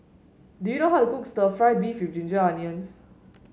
do you know how to cook stir fry beef with Ginger Onions